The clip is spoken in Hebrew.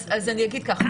אז אני אגיד ככה.